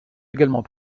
également